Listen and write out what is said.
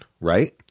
right